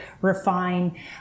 refine